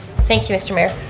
thank you, mr. mayor.